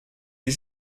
les